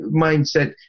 mindset